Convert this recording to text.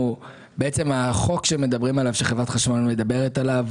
החוק שחברת חשמל מדברת עליו,